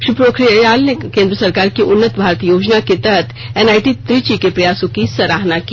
श्री पोखरियाल ने केन्द्र सरकार की उन्नत भारत योजना के तहत एनआईटी त्रिची के प्रयासों की सराहना की